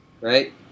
Right